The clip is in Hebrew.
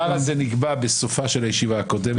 הדבר הזה נקבע בסופה של הישיבה הקודמת.